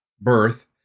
birth